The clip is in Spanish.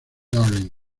darling